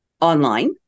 online